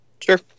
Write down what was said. Sure